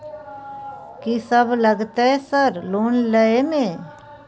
कि सब लगतै सर लोन लय में?